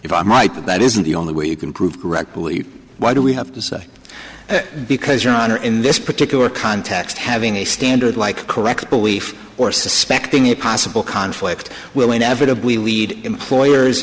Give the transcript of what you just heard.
if i might but that isn't the only way you can prove correctly why do we have to say because your honor in this particular context having a standard like correct belief or suspecting a possible conflict will inevitably lead employers